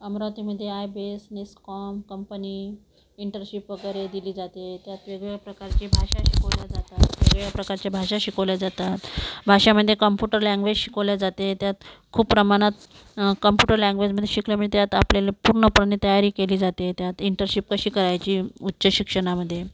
अमरावतीमध्ये आयबेस NASSCOM company internship वगैरे दिली जाते त्यात वेगवेगळ्या प्रकारच्या भाषा शिकवल्या जातात वेगवेगळ्या प्रकारच्या भाषा शिकवल्या जातात भाषामध्ये कम्प्युटर लँग्वेज शिकवली जाते त्यात खूप प्रमाणात कम्प्युटर लँग्वेज मध्ये शिकलं म्हणजे त्यात आपल्याला पूर्णपणे तयारी केली जाते त्यात इंटरशिप कशी करायची उच्च शिक्षणामध्ये